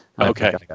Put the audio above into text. Okay